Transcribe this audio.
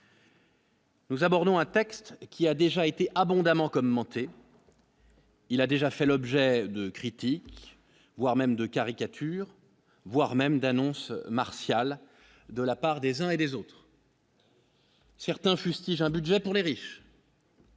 Nous abordons un texte qui a déjà été abondamment commentée. Il a déjà fait l'objet de critiques, voire même de caricature, voire même d'annonces martiales de la part des uns et des autres. Certains fustigent un budget pour les riches.